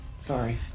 Sorry